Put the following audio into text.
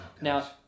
Now